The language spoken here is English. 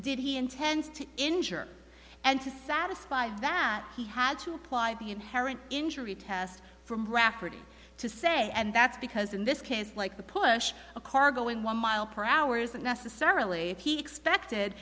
did he intends to injure and to satisfy that he had to apply the inherent injury test for rafferty to say and that's because in this case like the push a car going one mile per hour isn't necessarily he expected